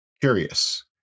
curious